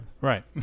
Right